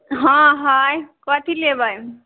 हँ हइ कथी लेबै